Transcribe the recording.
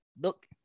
Look